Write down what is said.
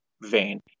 vein